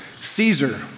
Caesar